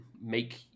make